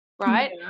right